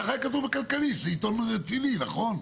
כך היה כתוב בכלכליסט, זה עיתון רציני, נכון?